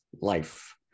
life